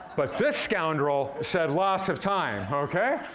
but this scoundrel said loss of time, okay?